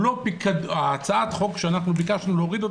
הצעת החוק שביקשנו להוריד,